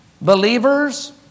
believers